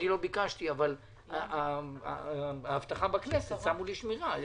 אני לא ביקשתי אבל האבטחה בכנסת שמה לי שמירה.